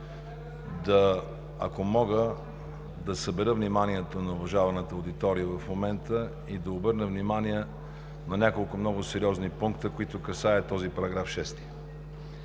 искал, ако мога, да събера вниманието на уважаваната аудитория в момента и да обърна внимание на няколко много сериозни пункта, които касае този § 6.